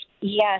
Yes